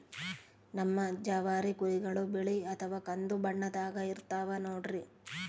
ನಮ್ ಜವಾರಿ ಕುರಿಗಳು ಬಿಳಿ ಅಥವಾ ಕಂದು ಬಣ್ಣದಾಗ ಇರ್ತವ ನೋಡ್ರಿ